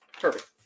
Perfect